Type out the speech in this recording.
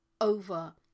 over